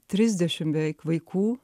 trisdešim beveik vaikų